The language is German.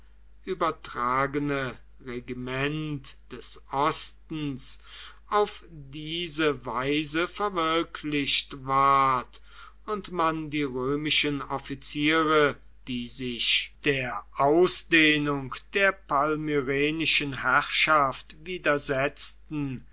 übertragene regiment des ostens auf diese weise verwirklicht ward und man die römischen offiziere die sich der ausdehnung der palmyrenischen herrschaft widersetzten